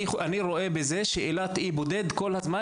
אני רואה בזה שאילת אי בודד כל הזמן,